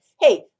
hey